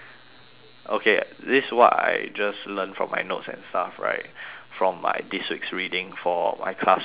okay this is what I just learnt from my notes and stuff right from my this week's reading for my class tomorrow